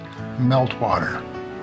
Meltwater